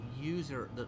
user